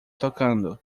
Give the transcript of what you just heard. tocando